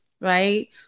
Right